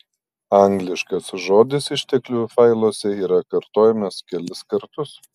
angliškas žodis išteklių failuose yra kartojamas kelis kartus